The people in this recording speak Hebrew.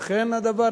אכן הדבר,